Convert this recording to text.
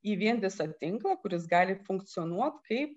į vientisą tinklą kuris gali funkcionuot kaip